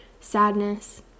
sadness